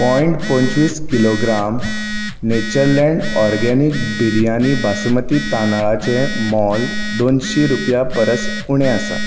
point पंचवीस kilogram Natureland organic biryani basmati तांदळाचें मोल दोनशीं रुपयां परस उणें आसात